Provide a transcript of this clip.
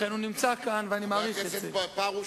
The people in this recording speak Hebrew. בגין, גם אמרו שר, אז מהסוג הזה של שר, שלושה,